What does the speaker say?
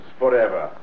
forever